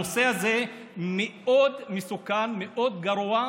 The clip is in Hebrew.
הנושא הזה מאוד מסוכן, מאוד גרוע.